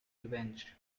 revenged